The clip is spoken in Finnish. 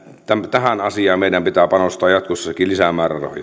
tähän asiaan meidän pitää panostaa jatkossakin lisämäärärahoja